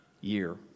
year